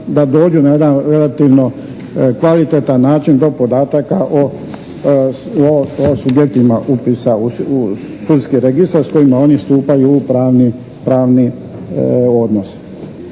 da dođu na jedan relativno kvalitetan način do podataka o subjektima upisa u sudski registar s kojima oni stupaju u pravni odnos.